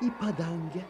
į padangę